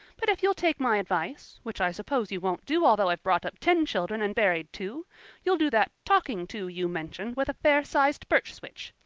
but if you'll take my advice which i suppose you won't do, although i've brought up ten children and buried two you'll do that talking to you mention with a fair-sized birch switch.